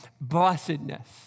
blessedness